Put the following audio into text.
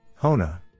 Hona